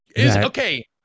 Okay